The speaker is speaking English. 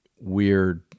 weird